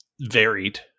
varied